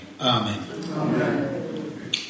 Amen